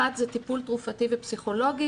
אחת זה טיפול תרופתי ופסיכולוגי,